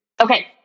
Okay